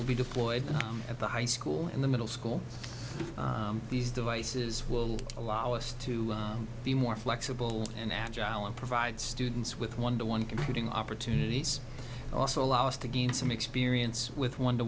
will be deployed at the high school in the middle school these devices will allow us to be more flexible and agile and provide students with one to one computing opportunities also allow us to gain some experience with one to